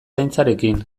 zaintzarekin